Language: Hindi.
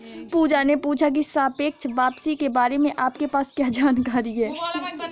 पूजा ने पूछा की सापेक्ष वापसी के बारे में आपके पास क्या जानकारी है?